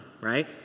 right